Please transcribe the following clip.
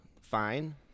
fine